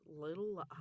little